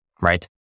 right